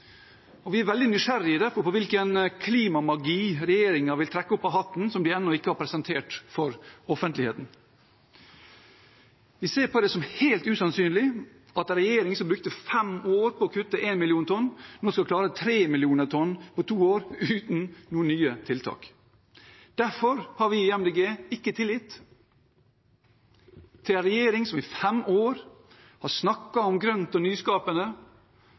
Vi er derfor veldig nysgjerrige på hvilken klimamagi regjeringen vil trekke opp av hatten som de ennå ikke har presentert for offentligheten. Vi ser på det som helt usannsynlig at en regjering som brukte fem år på å kutte 1 million tonn, nå skal klare 3 millioner tonn på to år uten noen nye tiltak. Derfor har vi i Miljøpartiet De Grønne ikke tillit til en regjering som i fem år har snakket om grønt og nyskapende,